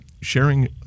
sharing